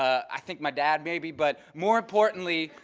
i think my dad maybe, but more importantly,